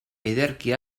ederki